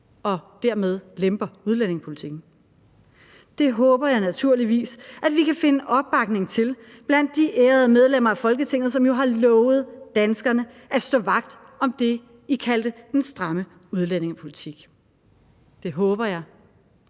og dermed lemper udlændingepolitikken. Det håber jeg naturligvis at vi kan finde opbakning til blandt de ærede medlemmer af Folketinget, som jo har lovet danskerne at stå vagt om det, I kaldte den stramme udlændingepolitik. Det håber jeg,